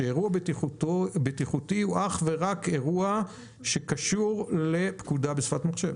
שאירוע בטיחותי הוא אך ורק אירוע שקשור לפקודה בשפת מחשב?